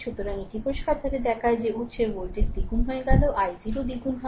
সুতরাং এটি পরিষ্কারভাবে দেখায় যে উত্সের ভোল্টেজ দ্বিগুণ হয়ে গেলে i0 দ্বিগুণও হয়